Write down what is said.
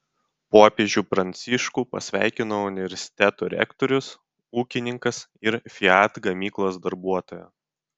popiežių pranciškų pasveikino universiteto rektorius ūkininkas ir fiat gamyklos darbuotoja